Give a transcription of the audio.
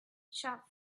shop